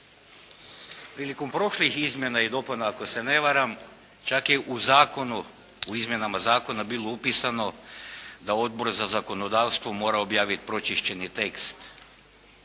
Prilikom prošlih Izmjena i dopuna ako se ne varam čak je u Zakonu, u Izmjenama Zakona bilo upisano da Odbor za zakonodavstvo mora objaviti pročišćeni tekst